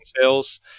sales